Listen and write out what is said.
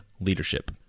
leadership